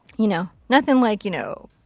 you know. nothing like, you know,